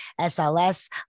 SLS